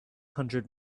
hundred